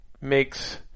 makes